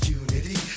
unity